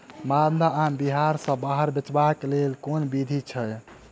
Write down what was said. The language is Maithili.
माल्दह आम बिहार सऽ बाहर बेचबाक केँ लेल केँ विधि छैय?